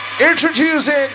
introducing